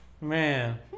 Man